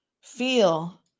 feel